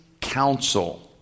counsel